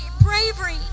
bravery